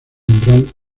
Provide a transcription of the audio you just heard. umbral